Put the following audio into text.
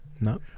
no